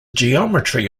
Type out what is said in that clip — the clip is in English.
geometry